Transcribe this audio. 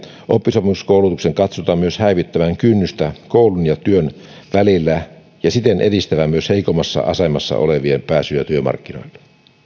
oppisopimuskoulutuksen katsotaan myös häivyttävän kynnystä koulun ja työn välillä ja siten edistävän myös heikoimmassa asemassa olevien pääsyä työmarkkinoille